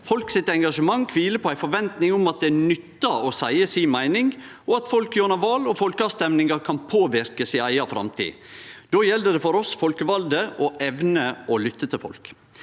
Folk sitt engasjement kviler på ei forventning om at det nyttar å seie si meining, og at folk gjennom val og folkeavstemmingar kan påverke si eiga framtid. Då gjeld det for oss folkevalde å evne å lytte til folk.